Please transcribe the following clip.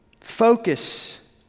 focus